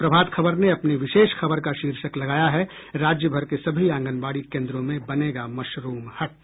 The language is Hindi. प्रभात खबर ने अपनी विशेष खबर का शीर्षक लगाया है राज्यभर के सभी आंगनबाड़ी केन्द्रों में बनेगा मशरूम हट